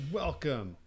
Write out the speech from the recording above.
welcome